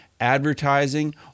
advertising